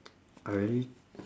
I really